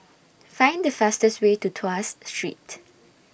Find The fastest Way to Tuas Street